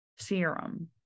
Serum